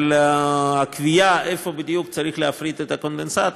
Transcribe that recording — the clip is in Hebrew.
אבל הקביעה איפה בדיוק צריך להפריד את הקונדנסט